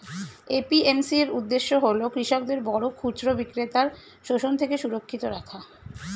APMC এর উদ্দেশ্য হল কৃষকদের বড় খুচরা বিক্রেতার শোষণ থেকে সুরক্ষিত রাখা